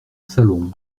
salon